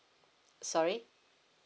sorry